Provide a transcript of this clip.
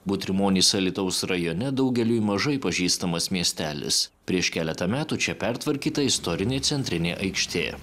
butrimonys alytaus rajone daugeliui mažai pažįstamas miestelis prieš keletą metų čia pertvarkyta istorinė centrinė aikštė